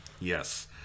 Yes